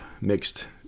mixed